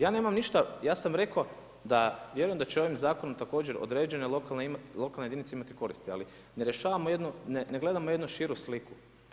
Ja nemam ništa, ja sam rekao, da vjerujem da će ovim zakonom, također, određene lokalne jedinice imati koristi, ali ne rješavamo jednu, ne gledamo jednu širu sliku.